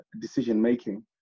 decision-making